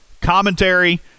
Commentary